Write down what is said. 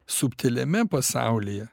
subtiliame pasaulyje